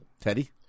Teddy